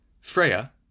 Freya